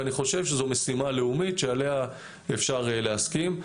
אני חושב שזו משימה לאומית שעליה אפשר להסכים.